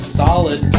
solid